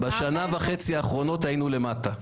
בשנה וחצי האחרונות היינו למטה.